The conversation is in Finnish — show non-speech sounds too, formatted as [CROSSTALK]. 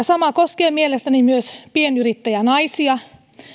[UNINTELLIGIBLE] sama koskee mielestäni myös pienyrittäjänaisia